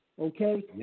Okay